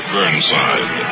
Burnside